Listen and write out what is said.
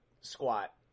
squat